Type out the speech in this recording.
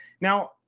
Now